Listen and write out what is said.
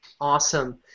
Awesome